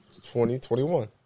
2021